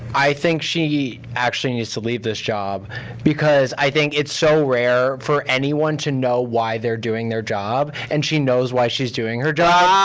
i think she actually needs to leave this job because i think it's so rare for anyone to know why they're doing their job, and she knows why she's doing her job.